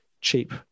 cheap